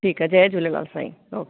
ठीकु आहे जय झूलेलाल साईं